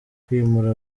kwimura